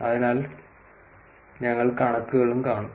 അതിനാൽ ഞങ്ങൾ കണക്കുകളും കാണും